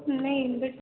ନାଇଁ ଏବେ